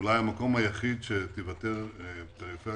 אולי המקום היחיד שתיוותר פריפריה